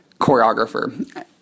Choreographer